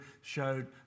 showed